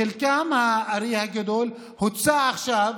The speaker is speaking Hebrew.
חלק הארי הוצאו עכשיו